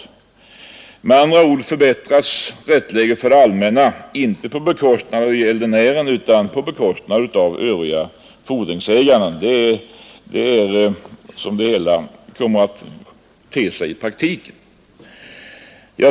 Med andra berättigade skatteord förbättras rättsläget för det allmänna inte på bekostnad av gäldenären fordringar m.m. utan på bekostnad av övriga fordringsägare — det är så hela systemet kommer att te sig i praktiken.